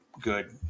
good